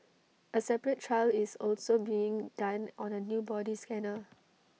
A separate trial is also being done on A new body scanner